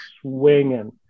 swinging